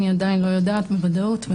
אני עדיין לא יודעת בוודאות.